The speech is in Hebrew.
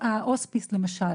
ההוספיסים,